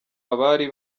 abari